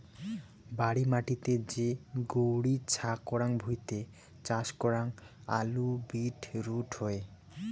বাড়ি মাটিতে যে গৈরী ছা করাং ভুঁইতে চাষ করাং আলু, বিট রুট হই